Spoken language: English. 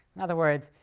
in other words,